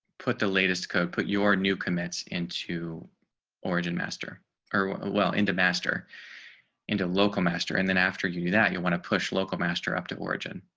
put the latest code. put your new commits into origin master or well into master into local master and then after you do that you want to push local master up to origin.